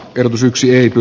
ehdotus yksilöity